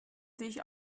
sich